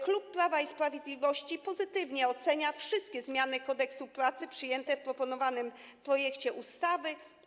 Klub Prawo i Sprawiedliwość pozytywnie ocenia wszystkie zmiany Kodeksu pracy przyjęte w proponowanym projekcie ustawy.